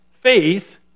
faith